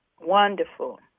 Wonderful